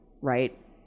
right